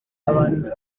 abantu